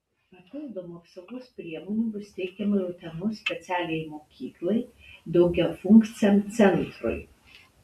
papildomų apsaugos priemonių bus teikiama ir utenos specialiajai mokyklai daugiafunkciam centrui